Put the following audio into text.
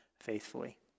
faithfully